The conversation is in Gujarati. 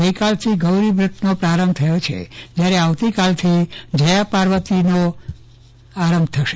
ગઈકાલથી ગૌરીવ્રતનો પ્રારંભ થયો છે જયારે આવતીકાલથી જયાપાર્વતી વ્રત ઉજવાશે